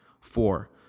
Four